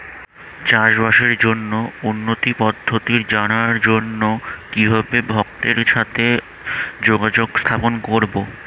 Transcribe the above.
চাষবাসের জন্য উন্নতি পদ্ধতি জানার জন্য কিভাবে ভক্তের সাথে যোগাযোগ স্থাপন করব?